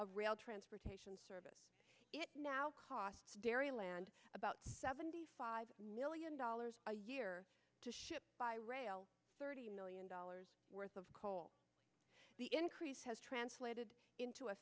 of real transportation service it now costs dairyland about seventy five million dollars a year to ship by rail thirty million dollars worth of coal the increase has translated into a